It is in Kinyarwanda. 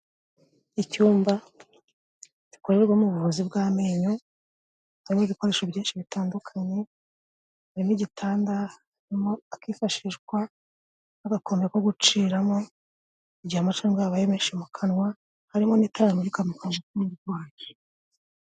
Icyumba gikorerwamo ubuvuzi bw'amenyo, harimo ibikoresho byinshi bitandukanye, haririmo igitanda, harimo akifashishwa nk'agakondo ko guciramo igihe amacandwe yabaye menshi mu kanwa, harimo n'itara rimurika mu kuvura umurwayi.